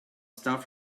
stuff